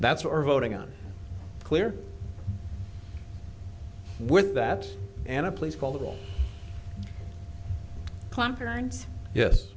that's or voting on clear with that and a place called plan parents yes